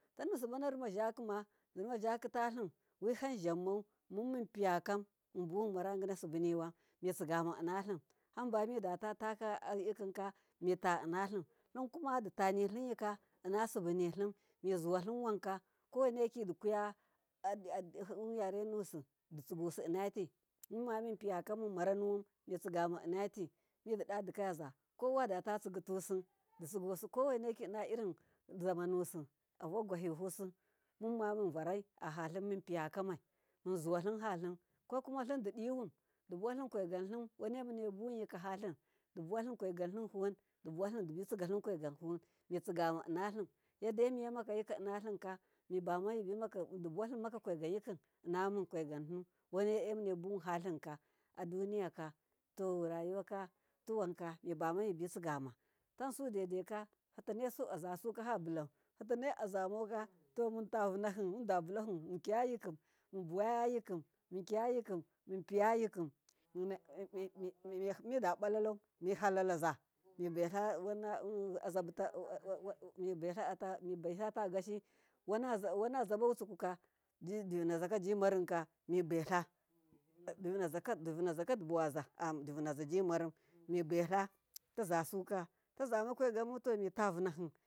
Tanu sibbana rṫma zakima dirima gwitinilim wiham zammai mun mun piya kam mmunbi maraginasi buniwan mitsigama innalim hamba midatadiwin ka mita innalim limkumatanilim yikalnna subunilim muzuwalim wanka koweniki tikuyarenusi ditsiguslnnati, mumma munpiya kam mummaranun mitsigama innati mididadikayaza kowadata tsigitusi koweniki inna irin zamanusin avoguwal halim kokumalimdidiyuwun wanemunebu wun yikahalim dibuwalim faigamdim huwundibitsi galim faigam lim huwun mitsigama innalim yaddemi yema kama innalimka dibuwalim dibika inna mun wane mune buwan halimka aduniya to rayuwaka tuwanka mibama mibitsigama tansudaidaika fatanai azasukafabulan fatanai azamauka fabulan munta vunahi muntavunahi mundabulahu munkiya yikim mun piya yikim mida ballau mihalalaza mibaila wannata gashi wane zaba wutsukuka jidivinaza jimarin mibaila tazasuka tazama faigamuka mitavunaki.